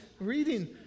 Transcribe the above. reading